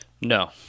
No